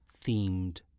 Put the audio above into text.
themed